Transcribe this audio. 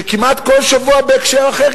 שכמעט כל שבוע בהקשר אחר,